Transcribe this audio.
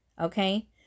Okay